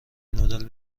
نودل